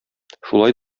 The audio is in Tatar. шулай